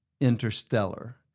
Interstellar